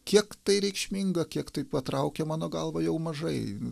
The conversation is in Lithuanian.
kiek tai reikšminga kiek tai patraukia mano galva jau mažai